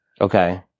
Okay